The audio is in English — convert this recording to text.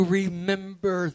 remember